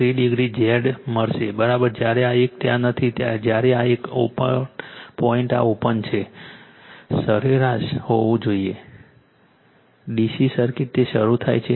3 degree Z મળશે જ્યારે આ એક ત્યાં નથી જ્યારે આ એક આ પોઇન્ટ આ ઓપન છે સરેરાશ હોવું જોઈએDC સર્કિટ તે શરૂ થાય છે